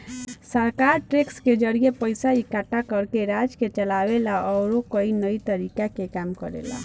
सरकार टैक्स के जरिए पइसा इकट्ठा करके राज्य के चलावे ला अउरी कई तरीका के काम करेला